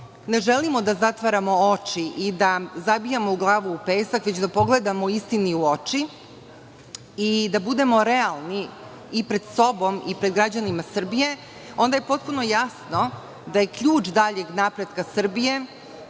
ne želimo da zatvaramo oči i da zabijamo glavu u pesak, već da pogledamo istini u oči i da budemo realni i pred sobom i pred građanima Srbije, onda je potpuno jasno da je ključ daljeg napretka Srbije